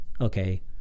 okay